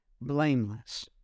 blameless